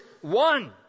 one